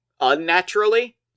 unnaturally